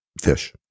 Fish